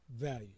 value